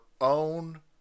own